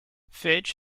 fitch